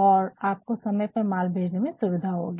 और आपको समय पर माल भेजने में सुविधा होगी